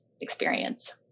experience